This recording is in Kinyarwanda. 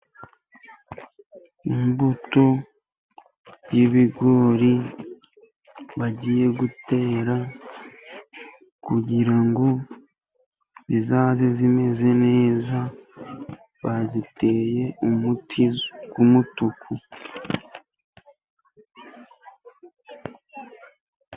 Imbuto y'ibigori bagiye gutera kugira ngo zizaze zimeze neza, baziteye umuti w'umutuku.